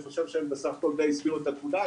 אני חושב שהם בסך הכל די הסבירו את התמונה.